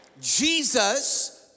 Jesus